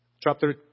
chapter